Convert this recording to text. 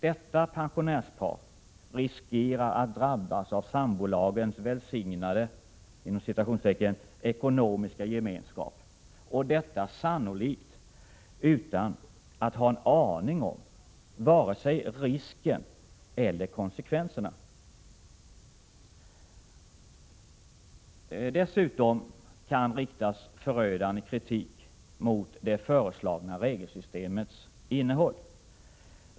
Detta pensionärspar riskerar att drabbas av sambolagens ”välsignade” ekonomiska gemenskap och detta sannolikt utan att ha en aning om vare sig risken eller konsekvenserna. Dessutom kan riktas förödande kritik mot det föreslagna regelsystemets innehåll.